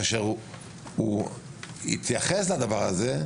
כאשר הוא התייחס לדבר הזה,